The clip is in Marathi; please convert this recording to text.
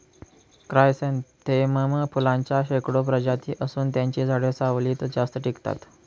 क्रायसॅन्थेमम फुलांच्या शेकडो प्रजाती असून त्यांची झाडे सावलीत जास्त टिकतात